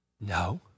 No